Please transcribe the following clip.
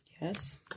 Yes